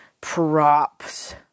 Props